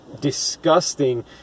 disgusting